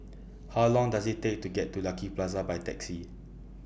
How Long Does IT Take to get to Lucky Plaza By Taxi